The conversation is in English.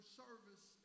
service